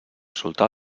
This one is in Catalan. soltar